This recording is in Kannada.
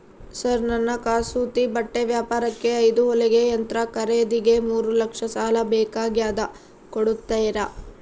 ಸರ್ ನನ್ನ ಕಸೂತಿ ಬಟ್ಟೆ ವ್ಯಾಪಾರಕ್ಕೆ ಐದು ಹೊಲಿಗೆ ಯಂತ್ರ ಖರೇದಿಗೆ ಮೂರು ಲಕ್ಷ ಸಾಲ ಬೇಕಾಗ್ಯದ ಕೊಡುತ್ತೇರಾ?